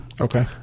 Okay